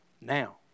now